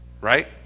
Right